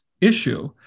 issue